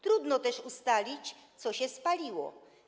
Trudno też ustalić, co się spaliło.